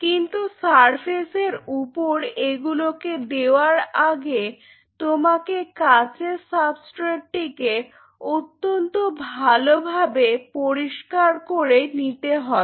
কিন্তু সারফেস এর উপর এগুলোকে দেওয়ার আগে তোমাকে কাঁচের সাবস্ট্রেটটিকে অত্যন্ত ভালোভাবে পরিষ্কার করে নিতে হবে